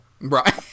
right